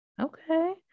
Okay